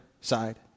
side